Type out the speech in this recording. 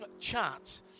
chat